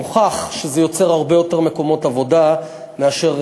מוכח שזה יוצר הרבה יותר מקומות עבודה מאשר,